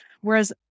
Whereas